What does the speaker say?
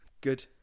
Good